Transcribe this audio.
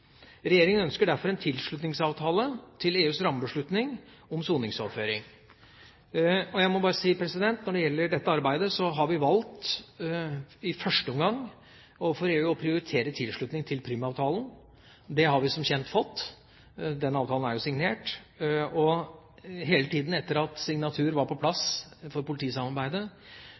ønsker derfor en tilslutningsavtale til EUs rammebeslutning om soningsoverføring. Når det gjelder dette arbeidet, har vi valgt – i første omgang – overfor EU å prioritere tilslutning til Prüm-avtalen. Det har vi som kjent fått. Den avtalen er jo signert. Hele tida etter at signatur for politisamarbeidet var på plass,